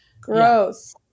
Gross